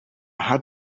had